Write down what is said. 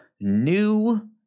new